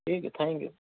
ٹھیک ہے thank you